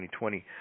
2020